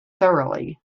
thoroughly